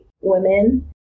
women